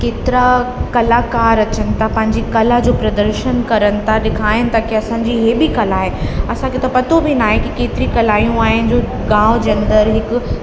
केतिरा कलाकार अचनि था पंहिंजी कला जो प्रदर्शन कनि था ॾेखाइनि था की असांजी इहा बि कला आहे असांखे त पतो बि न आहे की केतरी कलायूं आहिनि जो गांव जे अंदरु हिकु